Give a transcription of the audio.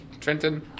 Trenton